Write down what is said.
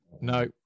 No